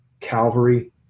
Calvary